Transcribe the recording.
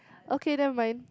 okay never mind